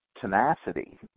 tenacity